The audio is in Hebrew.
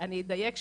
אני אדייק,